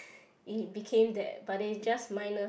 it became that but they just minus